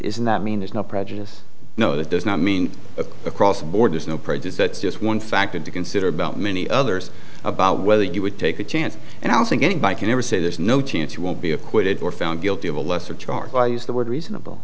isn't that mean there's no prejudice no that does not mean across the board there's no prejudice that's just one factor to consider about many others about whether you would take a chance and i don't think anybody can ever say there's no chance you won't be acquitted or found guilty of a lesser charge why use the word reasonable